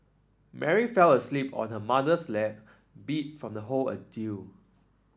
Mary fell asleep on her mother's lap beat from the whole ordeal